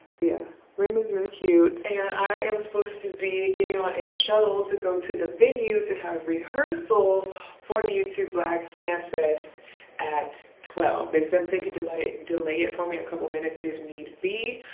the ah room is really cute. and i am supposed to be getting on a shuttle to go to the venue to have rehearsal rehearsal for the youtube black fanfest at twelve. they said they could delay delay it for me a couple minutes if need be.